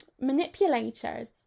manipulators